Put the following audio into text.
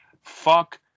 Fuck